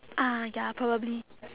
ah ya probably